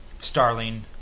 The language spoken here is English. Starling